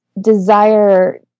desire